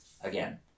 again